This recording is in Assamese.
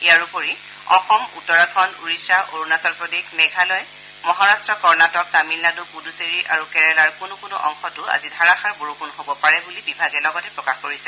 ইয়াৰ উপৰি অসম উত্তৰাখণ্ড উৰিয্যা অৰুণাচল প্ৰদেশ মেঘালয় মহাৰাট্ট কৰ্ণটিক তামিলনাডু পুডুচেৰী আৰু কেৰালাৰ কোনো কোনো অংশতো আজি ধাৰাষাৰ বৰষুণ হ'ব পাৰে বুলি বিভাগে লগতে প্ৰকাশ কৰিছে